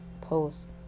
post